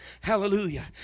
Hallelujah